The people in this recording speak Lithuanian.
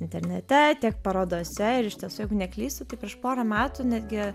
internete tiek parodose ir iš tiesų jei neklystu tai prieš porą metų netgi